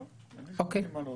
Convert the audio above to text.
לא, אין לי מה להוסיף.